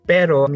Pero